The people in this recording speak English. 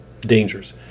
dangers